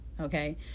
okay